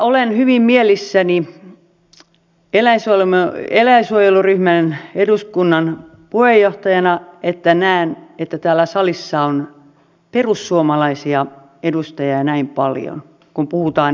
olen hyvin mielissäni eduskunnan eläinsuojeluryhmän puheenjohtajana kun näen että täällä salissa on perussuomalaisia edustajia näin paljon kun puhutaan eläinten suojelusta